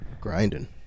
grinding